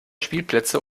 spielplätze